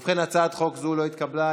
ובכן, הצעת חוק זאת לא התקבלה.